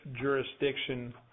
jurisdiction